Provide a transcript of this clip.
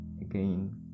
again